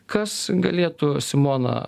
kas galėtų simona